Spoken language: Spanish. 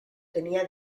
tenía